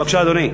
בבקשה, אדוני.